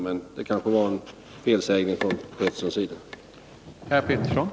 Men det kanske var en felsägning av Per Petersson.